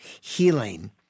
healing